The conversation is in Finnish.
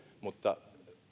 mutta